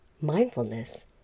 mindfulness